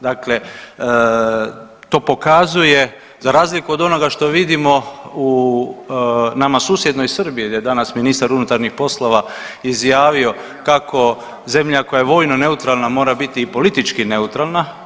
Dakle, to pokazuje za razliku od onoga što vidimo u nama susjednoj Srbiji, jer je danas ministar unutarnjih poslova izjavio kako zemlja koja je vojno neutralna mora biti i politički neutralna.